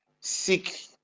seek